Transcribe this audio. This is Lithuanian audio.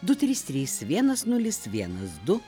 du trys trys vienas nulis vienas du